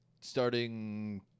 starting